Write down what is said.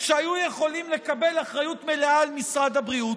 שהיו יכולים לקבל אחריות מלאה על משרד הבריאות.